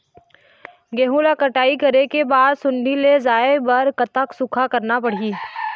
गेहूं ला कटाई करे बाद सुण्डी ले बचाए बर कतक सूखा रखना पड़ही?